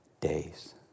days